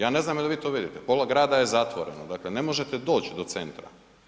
Ja ne znam je li vi to vidite, pola grada je zatvoreno, dakle ne možete doći do centra.